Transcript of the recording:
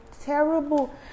terrible